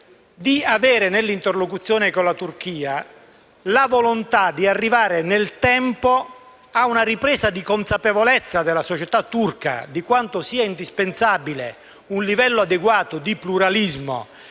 di sollecitare, nell'interlocuzione con la Turchia, la volontà di arrivare nel tempo a una ripresa di consapevolezza della società turca e di sottolineare quanto sia indispensabile un livello adeguato di pluralismo